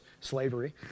slavery